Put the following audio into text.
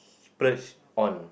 splurge on